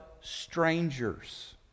strangers